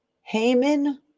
Haman